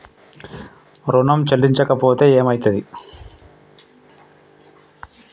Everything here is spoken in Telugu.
ఋణం చెల్లించకపోతే ఏమయితది?